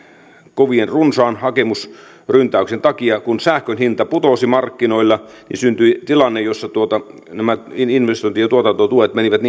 kovin runsaasta hakemusryntäyksestä kun sähkön hinta putosi markkinoilla ja syntyi tilanne jossa nämä investointi ja tuotantotuet menivät